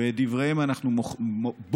ואת דבריהם אנחנו בוחנים,